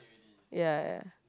ya